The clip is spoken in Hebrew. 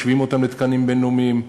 משווים אותם לתקנים בין-לאומיים.